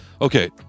Okay